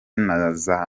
naza